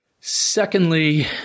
Secondly